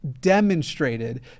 demonstrated